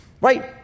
Right